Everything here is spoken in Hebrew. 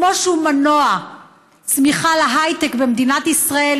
כמו שהוא מנוע צמיחה להייטק במדינת ישראל,